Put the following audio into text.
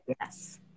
yes